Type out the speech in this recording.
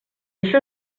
això